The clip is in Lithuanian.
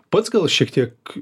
pats gal šiek tiek